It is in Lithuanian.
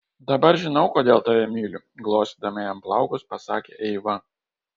dabar žinau kodėl tave myliu glostydama jam plaukus pasakė eiva